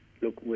look